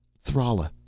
thrala,